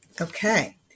Okay